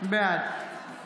בעד